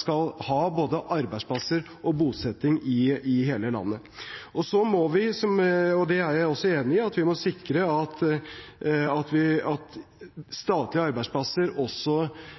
skal ha både arbeidsplasser og bosetting i hele landet. Så må vi – og det er jeg også enig i – sikre at